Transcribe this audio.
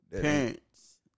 Parents